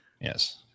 yes